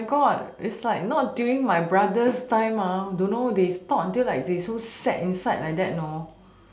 oh my god it's like not during my brother's time ah dunno they stop until like they so sad inside you know